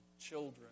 children